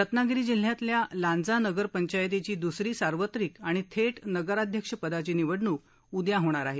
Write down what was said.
रत्नागिरी जिल्ह्यातल्या लांजा नगर पंचायतीची दुसरी सार्वत्रिक आणि थेट नगराध्यक्षपदाची निवडणूक उद्या होणार आहे